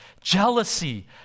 jealousy